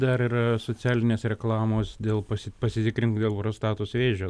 dar yra socialinės reklamos dėl pasi pasitikrink dėl prostatos vėžio